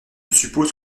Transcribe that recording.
suppose